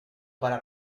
para